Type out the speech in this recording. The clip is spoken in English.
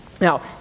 Now